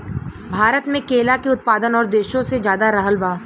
भारत मे केला के उत्पादन और देशो से ज्यादा रहल बा